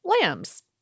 lambs